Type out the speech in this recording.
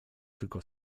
tylko